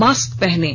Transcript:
mask पहनें